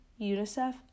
UNICEF